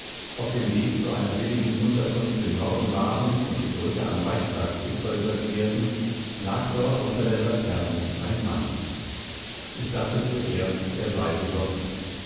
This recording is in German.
auf dem weg zu einer billigen unterkunft im norden waren und die brücke am reichtagsufer überquerten lag dort unter der laterne ein mann ich dachte zuerst er sei besoffen